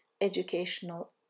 educational